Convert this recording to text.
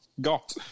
got